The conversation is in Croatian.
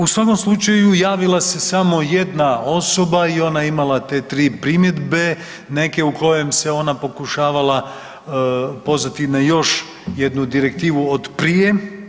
U svakom slučaju javila se samo jedna osoba i ona je imala te tri primjedbe, neke u kojem se ona pokušavala pozvati na još jednu direktivu od prije.